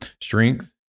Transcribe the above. Strength